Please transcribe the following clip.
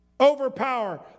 overpower